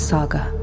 Saga